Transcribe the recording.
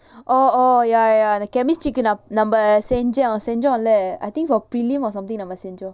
oh oh ya ya the chemistry கு நம் நம்ம செஞ்சோ செஞ்சோம்ல:ku nam namma senjo senjomla I think for prelim or something நம்ம செஞ்சோம்:namma senjom